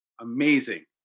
Amazing